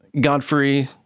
Godfrey